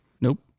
Nope